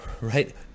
right